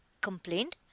Complained